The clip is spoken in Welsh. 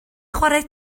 chwarae